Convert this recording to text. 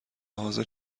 حاضر